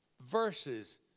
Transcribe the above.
verses